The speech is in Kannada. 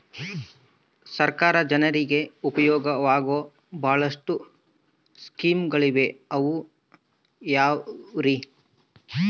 ಸರ್ಕಾರ ಜನರಿಗೆ ಉಪಯೋಗವಾಗೋ ಬಹಳಷ್ಟು ಸ್ಕೇಮುಗಳಿವೆ ಅವು ಯಾವ್ಯಾವ್ರಿ?